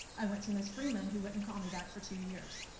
i went to miss freeman, who wouldn't call me back for two years.